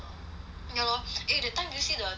ya lor eh that time did you see the T_S_L